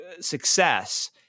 success